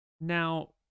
Now